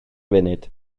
funud